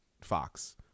Fox